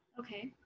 Okay